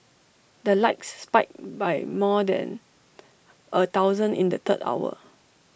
the likes spiked by more than A thousand in the third hour